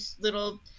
little